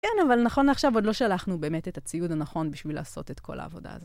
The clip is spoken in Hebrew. כן, אבל נכון לעכשיו עוד לא שלחנו באמת את הציוד הנכון, בשביל לעשות את כל העבודה הזאת.